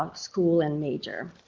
school, and major.